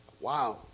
Wow